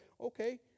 okay